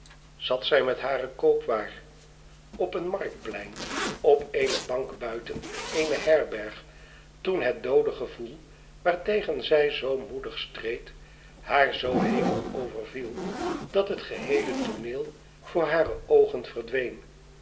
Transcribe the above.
zat zij met hare koopwaar op een marktplein op eene bank buiten eene herberg toen het doode gevoel waartegen zij zoo moedig streed haar zoo hevig overviel dat het geheele tooneel voor hare oogen